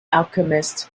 alchemist